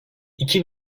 i̇ki